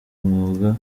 umwuga